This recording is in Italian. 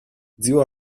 zio